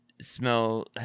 smell